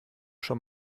schon